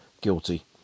guilty